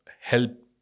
help